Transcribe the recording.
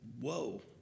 whoa